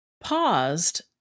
paused